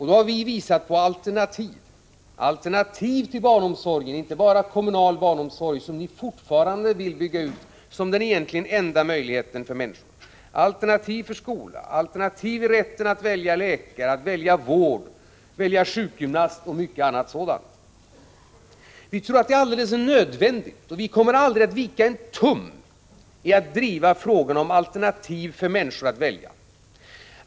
Vi har då visat på alternativ: alternativ till barnomsorgen, inte bara kommunal barnomsorg, som ni fortfarande vill bygga ut som den egentligen enda möjligheten för människor, alternativ för skola, alternativ i rätten att välja läkare, att välja sjukgymnast, kort sagt att välja vård, och mycket annat sådant. Vi tror att det är alldeles nödvändigt med alternativ, och vi kommer aldrig att vika en tum när det gäller att driva de frågorna.